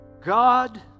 God